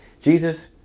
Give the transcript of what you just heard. jesus